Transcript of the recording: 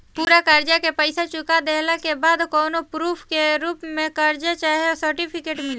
पूरा कर्जा के पईसा चुका देहला के बाद कौनो प्रूफ के रूप में कागज चाहे सर्टिफिकेट मिली?